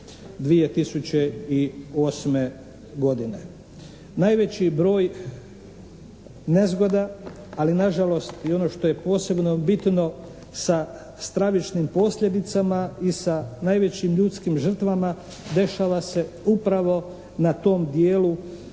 2008. godine. Najveći broj nezgoda, ali na žalost i ono što je posebno bitno sa stravičnim posljedicama i sa najvećim ljudskim žrtvama dešava se upravo na tom dijelu